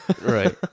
right